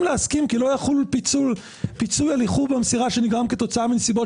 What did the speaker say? להסכים כי לא יחול פיצוי על איחור במסירה שנגרם כתוצאה מנסיבות